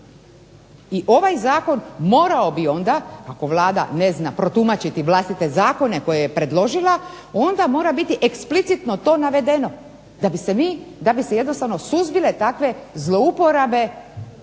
I ovaj zakon morao bi onda, ako Vlada ne zna protumačiti vlastite zakone koje je predložila onda mora biti eksplicitno to navedeno da bi se jednostavno suzbile takve zlouporabe